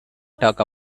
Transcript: talk